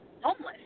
homeless